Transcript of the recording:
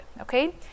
Okay